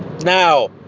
Now